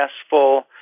successful